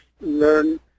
learn